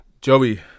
Joey